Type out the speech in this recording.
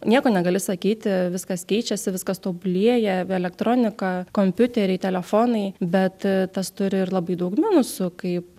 nieko negali sakyti viskas keičiasi viskas tobulėja elektronika kompiuteriai telefonai bet tas turi ir labai daug minusų kaip